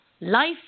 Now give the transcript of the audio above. life